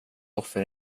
offer